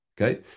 Okay